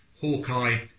Hawkeye